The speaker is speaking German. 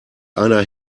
einer